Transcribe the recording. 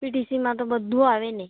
પીટીસીમાં તો બધું આવે ને